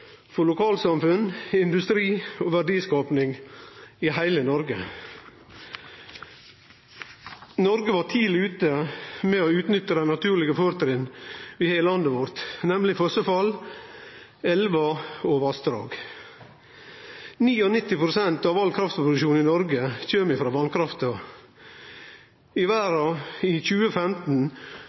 for lokalsamfunn, industri og verdiskaping i heile Noreg. Noreg var tidleg ute med å utnytte dei naturlege fortrinna vi har i landet vårt, nemleg fossefall, elver og vassdrag. 99 pst. av all kraftproduksjon i Noreg kjem frå vasskrafta. I verda i 2015